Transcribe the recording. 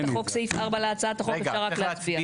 לגבי סעיף 4 להצעת החוק אפשר רק להצביע.